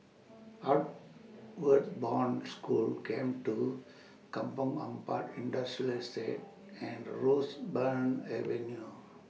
Outward Bound School Camp two Kampong Ampat Industrial Estate and Roseburn Avenue